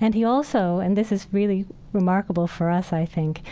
and he also, and this is really remarkable for us i think,